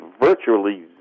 virtually